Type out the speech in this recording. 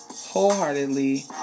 wholeheartedly